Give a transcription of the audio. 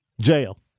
jail